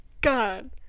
God